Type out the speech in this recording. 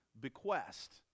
bequest